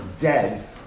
dead